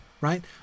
right